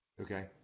Okay